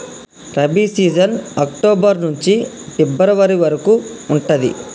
rabi season October నుంచి ఫిబ్రవరి వరకు ఉంటది